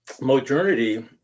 modernity